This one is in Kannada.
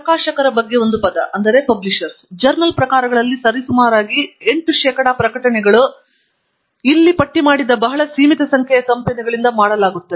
ಪ್ರಕಾಶಕರ ಬಗ್ಗೆ ಒಂದು ಪದ ಜರ್ನಲ್ ಪ್ರಕಾರಗಳಲ್ಲಿ ಸರಿಸುಮಾರಾಗಿ ಸುಮಾರು ಎಂಟು ಶೇಕಡಾ ಪ್ರಕಟಣೆಗಳು ನಾನು ಇಲ್ಲಿ ಪಟ್ಟಿ ಮಾಡಿದ್ದ ಬಹಳ ಸೀಮಿತ ಸಂಖ್ಯೆಯ ಕಂಪೆನಿಗಳಿಂದ ಮಾಡಲಾಗುತ್ತದೆ